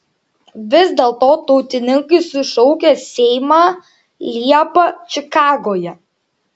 vis dėlto tautininkai sušaukė seimą liepą čikagoje